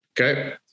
Okay